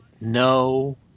no